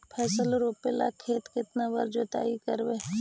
फसल रोप के लिय कितना बार जोतई करबय?